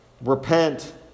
Repent